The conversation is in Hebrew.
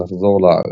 "נחזור לארץ.